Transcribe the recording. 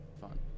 fun